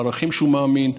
בערכים שבהם הוא מאמין,